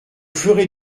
ferez